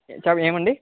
sorry ఏమండి